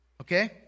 Okay